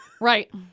Right